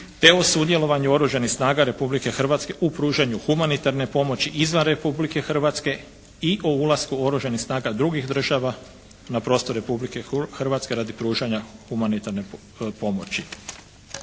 te o sudjelovanju Oružanih snaga Republike Hrvatske u pružanju humanitarne pomoći izvan Republike Hrvatske i o ulasku Oružanih snaga drugih država na prostor Republike Hrvatske radi pružanja humanitarne pomoći.